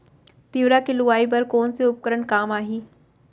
तिंवरा के लुआई बर कोन से उपकरण काम आही?